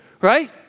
right